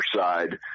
side